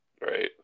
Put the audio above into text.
Right